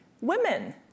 Women